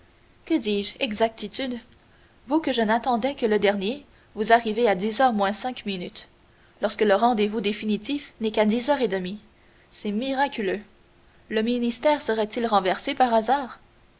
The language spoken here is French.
que dis-je exactitude vous que je n'attendais que le dernier vous arrivez à dix heures moins cinq minutes lorsque le rendez-vous définitif n'est qu'à dix heures et demie c'est miraculeux le ministère serait-il renversé par hasard